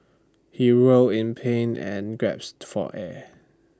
he writhe in pain and gasped for air